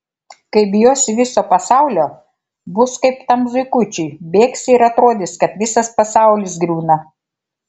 kai bijosi viso pasaulio bus kaip tam zuikučiui bėgsi ir atrodys kad visas pasaulis griūna